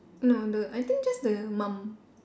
no the I think just the mom